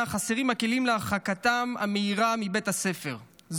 חסרים הכלים להרחקתם המהירה מבית הספר,